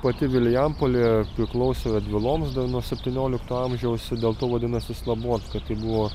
pati vilijampolė priklausė radviloms dar nuo septyniolikto amžiaus ir dėl to vadinasi slabodka tai buvo